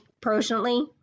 personally